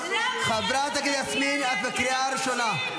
חברת הכנסת יסמין, את בקריאה ראשונה.